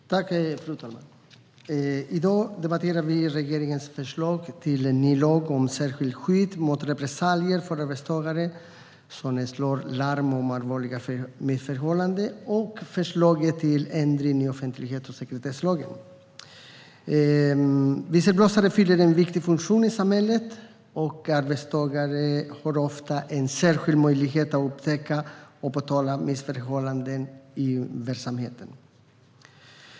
Fru talman! I dag debatterar vi regeringens förslag till en ny lag om särskilt skydd mot repressalier för arbetstagare som slår larm om allvarliga missförhållanden och förslaget till ändring i offentlighets och sekretesslagen. Visselblåsare fyller en viktig funktion i samhället, och arbetstagare har ofta en särskild möjlighet att upptäcka och påtala missförhållanden i verksamheten.